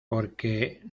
porque